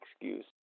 excuse